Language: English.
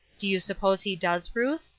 do you suppose he does, ruth?